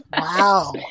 wow